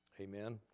Amen